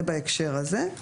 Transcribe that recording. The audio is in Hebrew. זה בהקשר הזה.